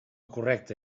correcta